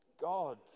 God